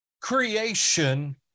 creation